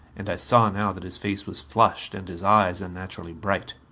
and i saw now that his face was flushed and his eyes unnaturally bright.